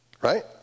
Right